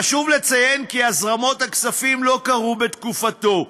חשוב לציין כי הזרמות הכספים לא היו בתקופתו.